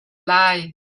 lai